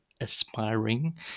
aspiring